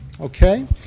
Okay